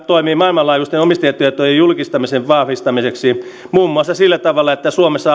toimii maailmanlaajuisten omistajatietojen julkistamisen vahvistamiseksi muun muassa sillä tavalla että suomessa